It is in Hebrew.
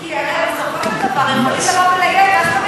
כי הרי בסופו של דבר הם יכולים לבוא, של החוק.